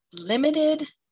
limited